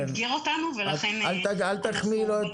הוא מאתגר אותנו ולכן אנחנו ניתחנו את